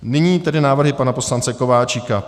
Nyní tedy návrhy pana poslance Kováčika.